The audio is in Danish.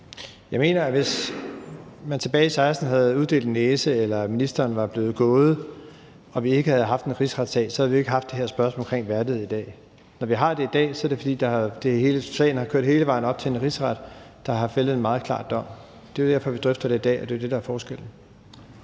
Jeg mener, at hvis man tilbage i 2016 havde uddelt en næse, eller at ministeren var blevet gået, og at vi ikke havde haft en rigsretssag, så havde vi jo ikke haft det her spørgsmål om værdighed i dag. Når vi har det i dag, er det, fordi sagen er kørt hele vejen op til en rigsret, der har fældet en meget klar dom. Det er derfor, vi drøfter det i dag, og det er jo det, der er forskellen.